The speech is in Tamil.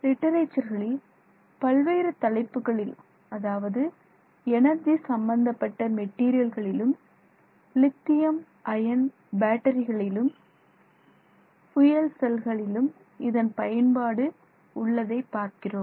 லிட்டரேச்சர்களில் பல்வேறு தலைப்புகளில் அதாவது எனர்ஜி சம்பந்தப்பட்ட மெட்டீரியல்களிலும் லித்தியம் அயன் பேட்டரிகளிலும் ஃபுயல் செல்களிலும் இதன் பயன்பாடு உள்ளதை பார்க்கிறோம்